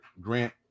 Grant